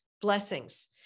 blessings